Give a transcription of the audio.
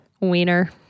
wiener